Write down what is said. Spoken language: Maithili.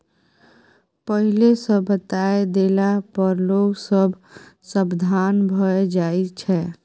पहिले सँ बताए देला पर लोग सब सबधान भए जाइ छै